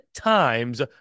times